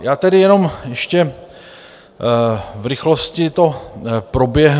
Já tedy jenom ještě v rychlosti to proběhnu.